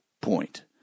point